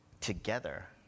together